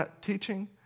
teaching